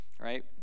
Right